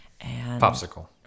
Popsicle